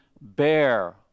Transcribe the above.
bear